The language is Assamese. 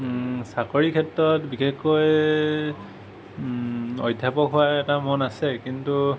চাকৰি ক্ষেত্ৰত বিশেষকৈ অধ্য়াপক হোৱাৰ এটা মন আছে কিন্তু